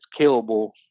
killable